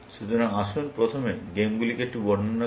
সুতরাং আসুন প্রথমে গেমগুলিকে একটু বর্ণনা করি